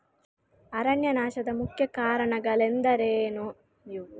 ಅರಣ್ಯನಾಶದ ಮುಖ್ಯ ಕಾರಣಗಳೆಂದರೆ ಗಣಿಗಾರಿಕೆ, ವಾತಾವರಣದ ಬದಲಾವಣೆ, ಕೈಗಾರಿಕಾ ಕೃಷಿ ಮುಂತಾದವುಗಳು